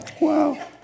Wow